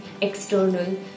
external